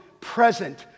present